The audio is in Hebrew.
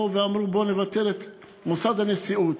באו ואמרו: בואו נבטל את מוסד הנשיאות.